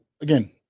again